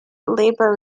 labor